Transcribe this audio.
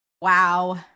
Wow